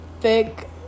thick